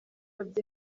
bye